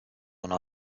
una